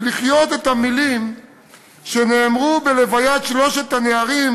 ולחיות את המילים שנאמרו בלוויית שלושת הנערים,